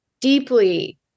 deeply